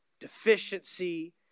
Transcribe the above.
deficiency